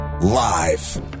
live